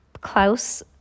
Klaus